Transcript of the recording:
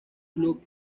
club